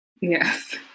yes